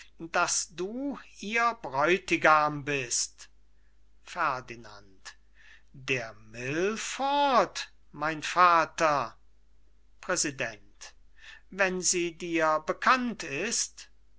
daß du ihr bräutigam bist ferdinand der milford mein vater präsident wenn sie dir bekannt ist ferdinand